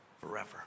forever